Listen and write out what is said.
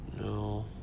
No